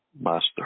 Master